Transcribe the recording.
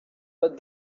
but